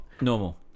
Normal